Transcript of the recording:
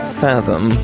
fathom